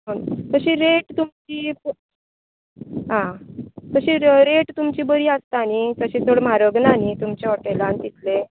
आं तशी रेट तुमची आं तशी रेट तुमची बरी आसता न्ही तशी चड म्हारग ना न्ही तुमच्या हॉटेलांत इतलें